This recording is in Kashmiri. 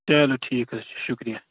چلو ٹھیٖک حَظ چھُ شُکرِیہ